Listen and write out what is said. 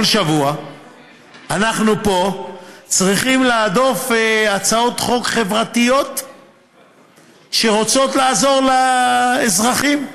כל שבוע אנחנו פה צריכים להדוף הצעות חוק חברתיות שרוצות לעזור לאזרחים,